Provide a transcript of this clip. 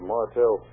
Martell